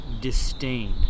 disdained